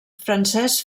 francès